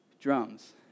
Drums